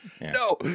No